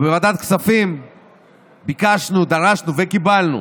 בוועדת הכספים ביקשנו, דרשנו וקיבלנו,